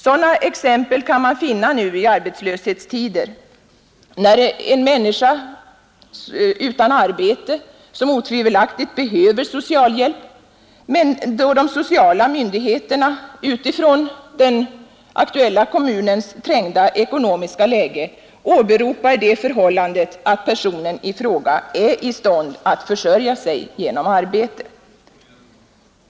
Sådana exempel står att finna nu i arbetslöshetstider, när en människa utan arbete otvivelaktigt behöver socialhjälp men de sociala myndigheterna utifrån kommunens trängda ekonomiska läge åberopar det förhållandet att personen i fråga är i stånd att försörja sig genom arbete.